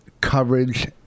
coverage